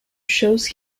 shows